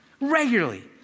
Regularly